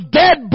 dead